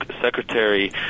Secretary